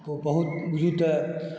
बहुत बुझू तऽ